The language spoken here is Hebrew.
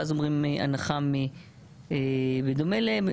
ואז אומרים הנחה בדומה להם.